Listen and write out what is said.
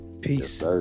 Peace